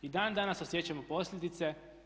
I dan danas osjećamo posljedice.